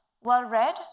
well-read